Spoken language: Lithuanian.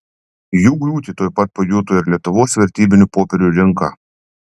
jų griūtį tuoj pat pajuto ir lietuvos vertybinių popierių rinka